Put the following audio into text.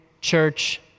church